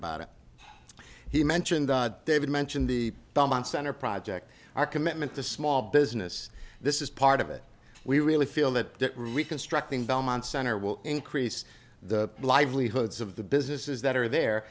about it he mentioned david mentioned the belmont center project our commitment to small business this is part of it we really feel that reconstructing belmont center will increase the livelihoods of the businesses that are there